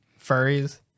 Furries